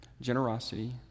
generosity